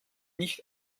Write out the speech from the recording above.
nicht